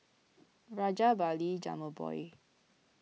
Rajabali Jumabhoy